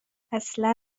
اصلا